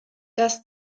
das